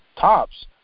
tops